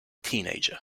teenager